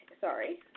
Sorry